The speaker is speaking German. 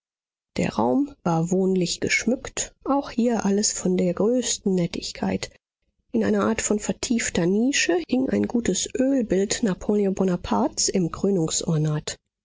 der raum war wohnlich geschmückt auch hier alles von der größten nettigkeit in einer art von vertiefter nische hing ein gutes ölbild napoleon bonapartes im